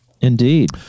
Indeed